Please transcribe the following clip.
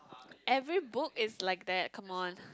every book is like that come on